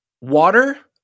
water